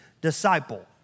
disciple